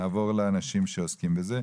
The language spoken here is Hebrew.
נעבור לאנשים שעוסקים בזה.